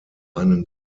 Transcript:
einen